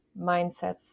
mindsets